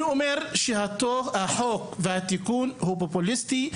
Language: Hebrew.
אני אומר שהחוק והתיקון הוא פופוליסטי,